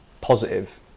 positive